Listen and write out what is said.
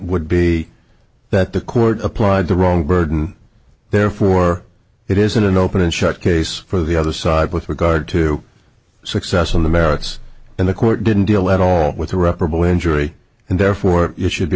would be that the court applied the wrong burden therefore it isn't an open and shut case for the other side with regard to success on the merits and the court didn't deal at all with a reprimand injury and therefore it should be